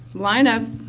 lineup,